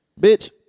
Bitch